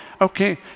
Okay